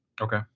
Okay